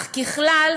אך ככלל